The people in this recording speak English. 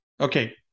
okay